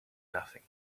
nothing